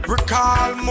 Recall